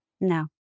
No